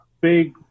big